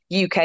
UK